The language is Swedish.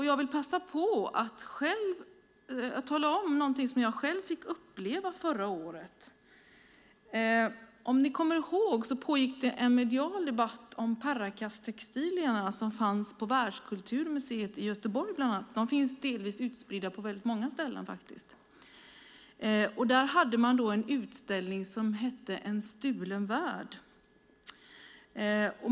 Jag ska berätta något som jag fick uppleva förra året. Det pågick en mediedebatt om Paracastextilierna som fanns på Världskulturmuseet i Göteborg. De finns spridda på många ställen. Där hade man en utställning som hette En stulen värld.